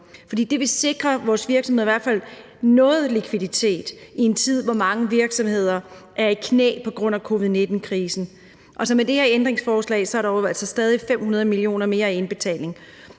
det ville sikre vores virksomheder i hvert fald noget likviditet i en tid, hvor mange virksomheder er i knæ på grund af covid-19-krisen. Og med det her ændringsforslag er der jo altså stadig 500 mio. kr. mere i indbetaling.